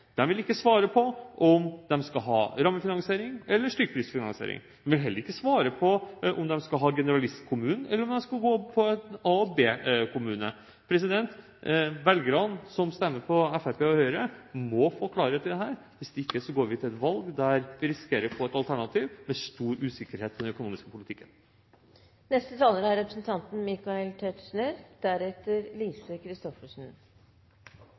vil heller ikke svare på om de skal ha rammefinansiering eller stykkprisfinansiering. De vil heller ikke svare på om de skal ha generalistkommuner, eller om de skal ha A- og B-kommuner. Velgerne som stemmer på Fremskrittspartiet og Høyre, må få klarhet i dette. Hvis ikke går vi til et valg der vi risikerer å få et alternativ med stor usikkerhet i den økonomiske politikken. Under henvisning til foregående innlegg kan man se at noe av problemet er